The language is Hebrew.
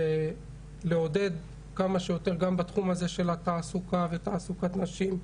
ולעודד כמה שיותר גם בתחום הזה של התעסוקה ותעסוקת נשים.